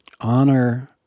honor